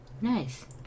Nice